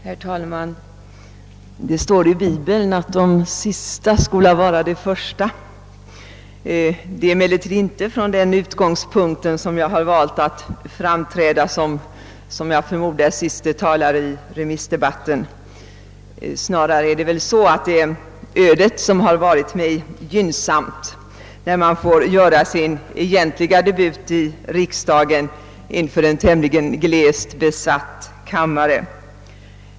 Herr talman! Det står i bibeln att »de sista skola bliva de första». Det är emellertid inte med tanke på detta som jag har valt att framträda som den förmodligen sista talaren i remissdebatten. Snarare är det väl så att ödet har varit mig gynnsamt, när jag får göra min egentliga debut i riksdagen inför en tämligen glest besatt kammare.